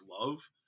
love